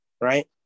Right